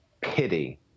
pity